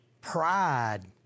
Pride